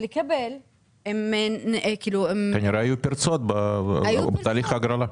היו פרצות בתהליך ההגרלה.